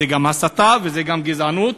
זו הסתה וזה גם גזענות.